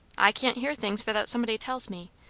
i can't hear things without somebody tells me.